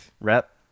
Rep